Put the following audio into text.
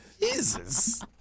Jesus